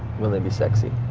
will they be sexy?